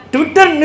Twitter